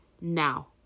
now